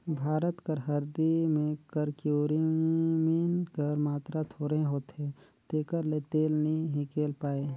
भारत कर हरदी में करक्यूमिन कर मातरा थोरहें होथे तेकर ले तेल नी हिंकेल पाए